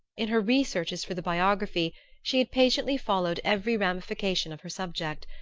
in her researches for the biography she had patiently followed every ramification of her subject,